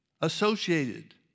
associated